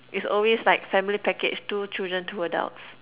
is always like family package two children two adults